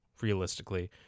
realistically